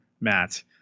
Matt